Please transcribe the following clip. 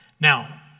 Now